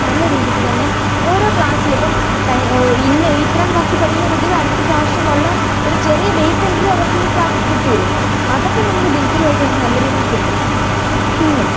നല്ല രീതിക്ക് തന്നെ ഓരോ ക്ലാസിലും ഇപ്പം കഴി ഇന്ന ഇ ഇത്രമത്തെ ക്ലാസിൽ പഠിക്കുന്ന കുട്ടിക്ക് അടുത്ത പ്രാവശ്യം ഉള്ള ഒരു ചെറിയ ബേസ് എങ്കിലും അവർക്ക് ഈ ക്ലാസിൽ കിട്ടുകയില്ലേ അതൊക്കെ നമുക്ക് ഡിജിറ്റൽ വഴി നമുക്ക് നല്ല രീതിയിൽ കിട്ടും പിന്നെ